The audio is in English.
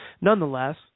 nonetheless